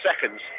seconds